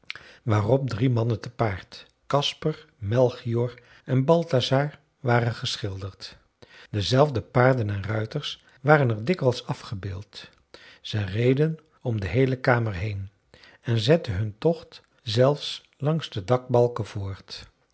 waarop drie mannen te paard kasper melchior en balthasar waren geschilderd dezelfde paarden en ruiters waren er dikwijls afgebeeld zij reden om de heele kamer heen en zetten hun tocht zelfs langs de dakbalken voort